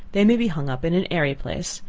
they may be hung up in an airy place.